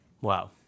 Wow